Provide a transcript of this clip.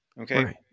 okay